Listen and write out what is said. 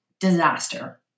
disaster